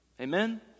Amen